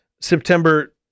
September